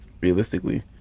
realistically